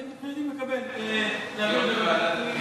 אני מבחינתי מקבל, להעביר את זה לוועדת הפנים.